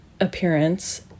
appearance